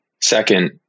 Second